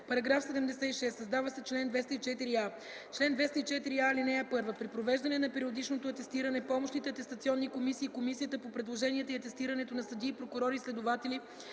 § 76: „§ 76. Създава се чл. 204а: „Чл. 204а. (1) При провеждане на периодичното атестиране помощните атестационни комисии и Комисията по предложенията и атестирането на съдии, прокурори и следователи